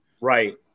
right